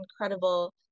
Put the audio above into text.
incredible